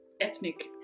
ethnic